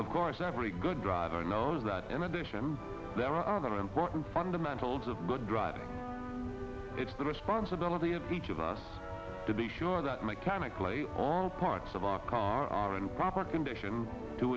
of course every good driver knows that in addition there are important fundamentals of good driving it's the responsibility of each of us to be sure that mechanically all parts of our car are and proper condition to